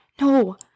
No